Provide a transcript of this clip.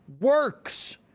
works